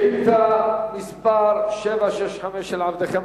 כבוד היושב-ראש, חברי הכנסת.